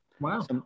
wow